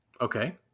Okay